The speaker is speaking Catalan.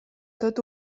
tot